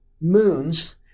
moons